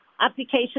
application